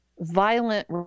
Violent